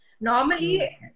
Normally